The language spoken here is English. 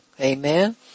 amen